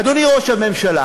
אדוני ראש הממשלה,